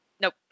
Nope